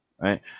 right